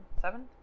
seven